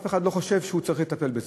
אף אחד לא חושב שהוא צריך לטפל בזה.